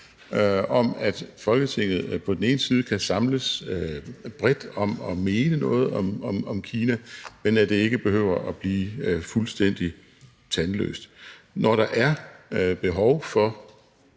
for, at Folketinget på den ene side kan samles bredt om at mene noget om Kina, og at det på den anden side ikke behøver at blive fuldstændig tandløst. Når der er behov for